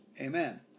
Amen